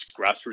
grassroots